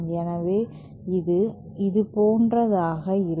எனவே இது இதுபோன்றதாக இருக்கும்